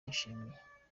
yishimye